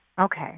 Okay